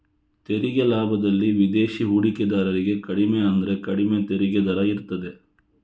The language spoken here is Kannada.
ತೆರಿಗೆ ಲಾಭದಲ್ಲಿ ವಿದೇಶಿ ಹೂಡಿಕೆದಾರರಿಗೆ ಕಡಿಮೆ ಅಂದ್ರೆ ಕಡಿಮೆ ತೆರಿಗೆ ದರ ಇರ್ತದೆ